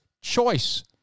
choice